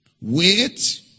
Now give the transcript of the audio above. wait